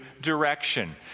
direction